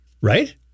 right